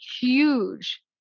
huge